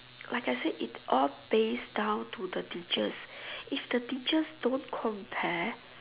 like I said it's all based down to the teachers if the teachers don't compare